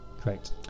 correct